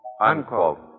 Unquote